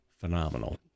phenomenal